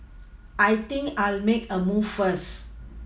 I think I'll make a move first